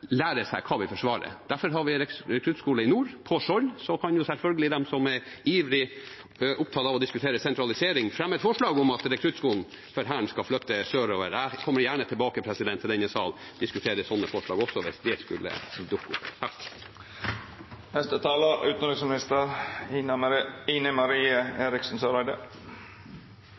lære seg hva vi forsvarer. Derfor har vi rekruttskole i nord, på Skjold. Så kan selvfølgelig de som er ivrig opptatt av å diskutere sentralisering, fremme et forslag om at rekruttskolen for Hæren skal flyttes sørover. Jeg kommer gjerne tilbake til denne sal og diskuterer sånne forslag også, hvis det skulle dukke opp.